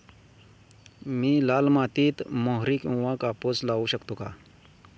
मी लाल मातीत मोहरी किंवा कापूस लावू शकतो का?